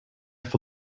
for